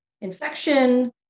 infection